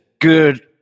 good